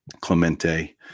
Clemente